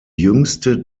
jüngste